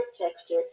texture